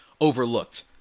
overlooked